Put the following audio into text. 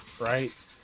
right